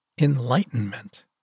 enlightenment